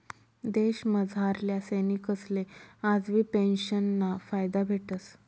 देशमझारल्या सैनिकसले आजबी पेंशनना फायदा भेटस